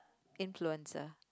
influencer